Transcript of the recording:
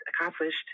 accomplished